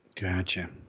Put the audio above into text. Gotcha